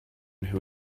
who